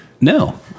No